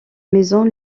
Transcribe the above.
maison